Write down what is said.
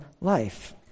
life